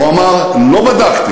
הוא אמר: לא בדקתי,